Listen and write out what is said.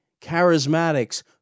charismatics